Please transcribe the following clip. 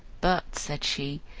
but, said she,